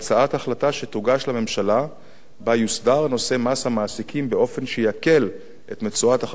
לממשלה ובה יוסדר נושא מס המעסיקים באופן שיקל את מצוקת החקלאים